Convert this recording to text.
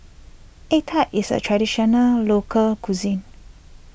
Egg Tart is a Traditional Local Cuisine